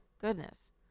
goodness